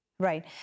Right